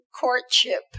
courtship